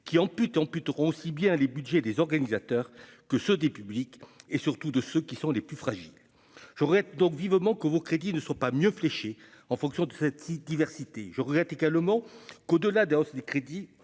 qui ampute amputeront aussi bien les Budgets des organisateurs que ceux des publics et surtout de ceux qui sont les plus fragiles, j'aurais donc vivement que vos crédits ne sont pas mieux fléchées en fonction de cette diversité, je regrette également que de la danse des crédits,